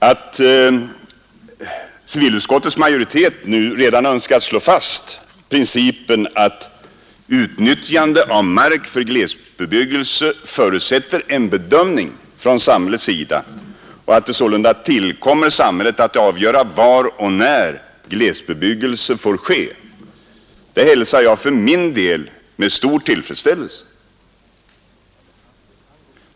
Att civilutskottets majoritet redan nu önskar slå fast principen att utnyttjande av mark för glesbebyggelse förutsätter en bedömning från samhällets sida och att det sålunda tillkommer samhället att avgöra var och när glesbebyggelse får ske, hälsar jag för min del med stor tillfredsställelse.